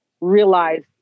realize